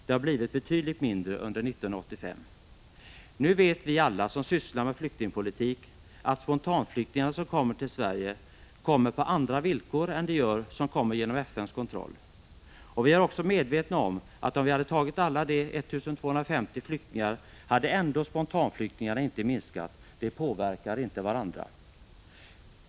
Det har blivit betydligt mindre under 1985. Nu vet alla vi som sysslar med flyktingpolitik att de spontanflyktingar som kommer till Sverige kommer på andra villkor än de som kommer genom FN:s kontroll. Vi är också medvetna om att om vi hade tagit emot alla de 1 250 flyktingarna enligt avtal hade antalet spontanflyktingar ändå inte minskat. De påverkar inte varandra.